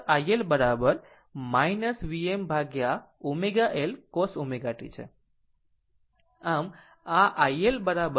આમ તે ફક્ત iL Vmω L cos ω tછે